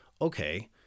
Okay